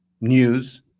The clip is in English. news